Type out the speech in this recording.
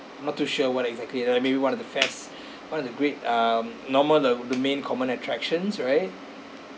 not too sure what exactly like maybe one of the fest one of the great um normal the the main common attractions right